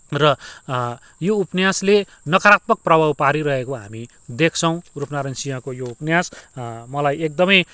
र यो उपन्यासले नकारात्मक प्रभाव पारिरहेको हामी देख्छौँ रूपनारायण सिंहको यो उपन्यास मलाई एकदमै